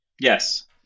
Yes